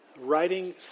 writing